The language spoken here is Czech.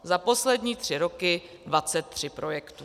Za poslední tři roky 23 projektů.